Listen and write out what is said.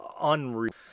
unreal